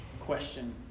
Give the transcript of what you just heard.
question